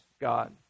God